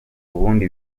ubundi